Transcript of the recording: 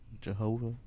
Jehovah